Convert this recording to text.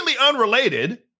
unrelated